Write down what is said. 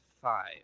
five